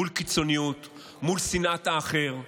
מול קיצוניות, מול שנאת האחר.